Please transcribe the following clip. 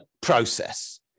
process